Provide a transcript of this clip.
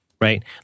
right